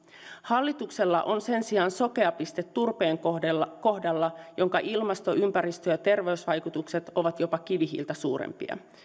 hallituksella on sen sijaan sokea piste turpeen kohdalla kohdalla jonka ilmasto ympäristö ja terveysvaikutukset ovat jopa kivihiiltä suurempia